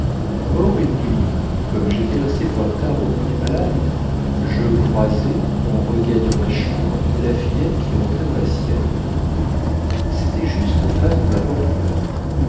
or une nuit comme j'étais resté fort tard auprès du malade je croisai en regagnant ma chambre la fillette qui rentrait dans la sienne c'était juste en face de ma porte ouverte